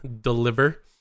deliver